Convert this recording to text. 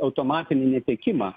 automatinį netekimą